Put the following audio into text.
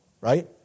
right